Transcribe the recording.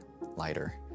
lighter